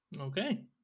Okay